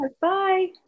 bye